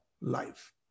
life